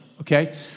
Okay